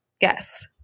Yes